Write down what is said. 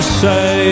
say